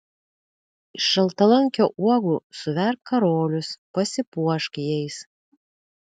iš šaltalankio uogų suverk karolius pasipuošk jais